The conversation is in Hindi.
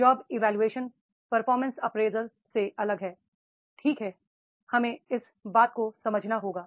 जॉब इवोल्यूशन परफॉर्मेंस अप्रेजल से अलग है ठीक है हमें इस बात को समझना होगा